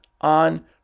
on